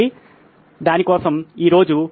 కాబట్టి దాని కోసం ఈ రోజు